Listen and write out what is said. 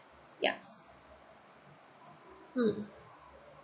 yeah mm